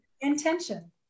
intention